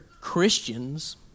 Christians